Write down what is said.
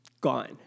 gone